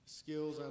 skills